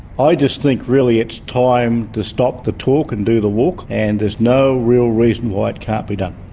i just think really it's time to stop the talk and do the walk and there's no real reason why it can't be done.